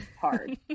hard